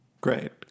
Great